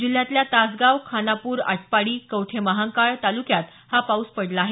जिल्ह्यातल्या तासगांव खानापूर आटपाडी कवठे महांकाळ तालुक्यात हा पाऊस पडला आहे